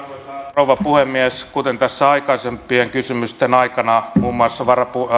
rouva puhemies kuten tässä aikaisempien kysymysten aikana muun muassa